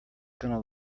gonna